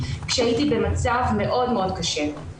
ועם כל מה שהצלחתי לקבץ במעט הכוחות שהיו לי,